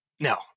No